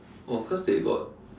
oh cause they got